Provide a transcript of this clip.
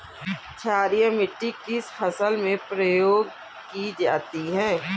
क्षारीय मिट्टी किस फसल में प्रयोग की जाती है?